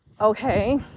Okay